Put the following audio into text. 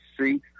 see